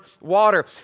water